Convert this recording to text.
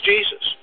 Jesus